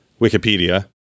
Wikipedia